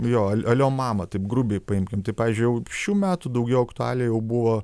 jo alio mama taip grubiai paimkim tai pavyzdžiui jau šių metų daugiau aktualija jau buvo